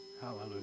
Hallelujah